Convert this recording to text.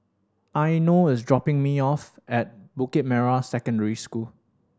Eino is dropping me off at Bukit Merah Secondary School